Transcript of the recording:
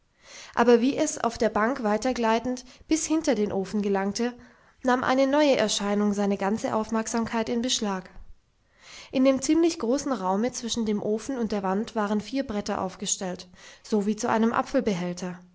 aber wie es auf der bank weiter gleitend bis hinter den ofen gelangte nahm eine neue erscheinung seine ganze aufmerksamkeit in beschlag in dem ziemlich großen raume zwischen dem ofen und der wand waren vier bretter aufgestellt so wie zu einem